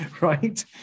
right